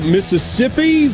Mississippi